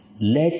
Let